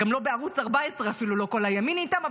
אפילו בערוץ 14 לא כל הימין איתם,